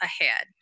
ahead